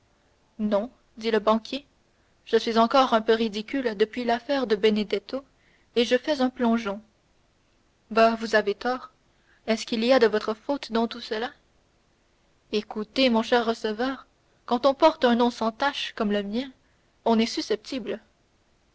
non dit le banquier je suis encore un peu ridicule depuis l'affaire de benedetto et je fais un plongeon bah vous avez tort est-ce qu'il y a de votre faute dans tout cela écoutez mon cher receveur quand on porte un nom sans tache comme le mien on est susceptible